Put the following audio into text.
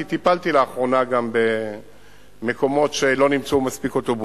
כי טיפלתי לאחרונה גם במקומות שלא נמצאו מספיק אוטובוסים,